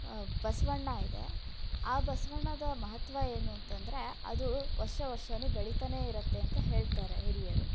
ಬಸವಣ್ಣ ಇದೆ ಆ ಬಸವಣ್ಣನ ಮಹತ್ವ ಏನು ಅಂತಂದರೆ ಅದು ವರ್ಷ ವರ್ಷವೂ ಬೆಳೀತಾನೆ ಇರತ್ತೆ ಅಂತ ಹೇಳ್ತಾರೆ ಹಿರಿಯರು